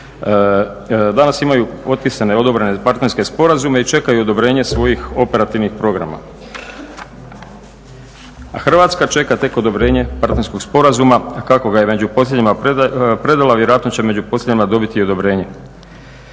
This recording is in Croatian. danas imaju potpisane i odobrene partnerske sporazume i čekaju odobrenje svojih operativnih programa. A Hrvatska čeka tek odobrenje partnerskog sporazuma kako ga je među posljednjima predala, vjerojatno će među posljednjima dobiti i odobrenje.